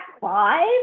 five